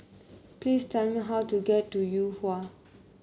please tell me how to get to Yuhua